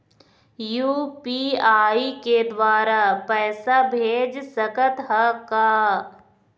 UPI के द्वारा पैसा भेज सकत ह का?